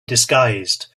disguised